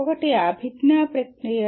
ఒకటి అభిజ్ఞా ప్రక్రియ